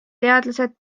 teadlased